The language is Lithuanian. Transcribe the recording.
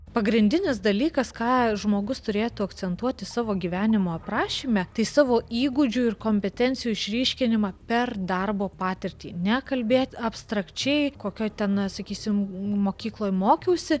pagrindinis dalykas ką žmogus turėtų akcentuoti savo gyvenimo aprašyme tai savo įgūdžių ir kompetencijų išryškinimą per darbo patirtį ne kalbėt abstrakčiai kokioj ten sakysim mokykloj mokiausi